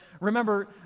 remember